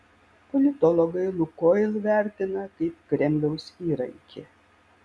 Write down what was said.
politologai lukoil vertina kaip kremliaus įrankį